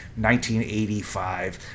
1985